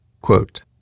Quote